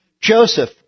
Joseph